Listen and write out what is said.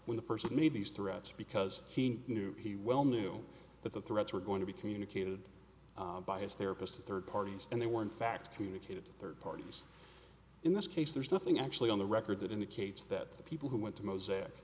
when the person made these threats because he knew he well knew that the threats were going to be communicated by his therapist to third parties and they were in fact communicated to third parties in this case there's nothing actually on the record that indicates that the people who went to mos